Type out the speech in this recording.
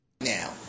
now